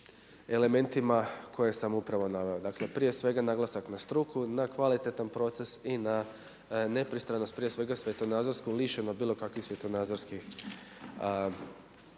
elementima koje sam upravo naveo. Dakle prije svega naglasak na struku na kvalitetan proces i na nepristranost prije svega svjetonazorsko lišeno bilo kakvih svjetonazorskih